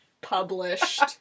published